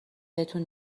بهتون